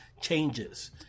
changes